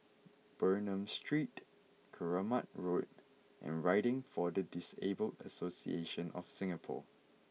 Bernam Street Keramat Road and Riding for the Disabled Association of Singapore